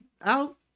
out